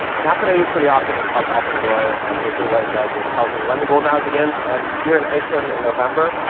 an app that i use pretty often, it's called alpenglow and basically what it does is it tells me when the golden hour begins, and here in iceland and november,